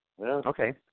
Okay